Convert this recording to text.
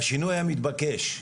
והשינוי היה מתבקש.